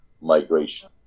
migration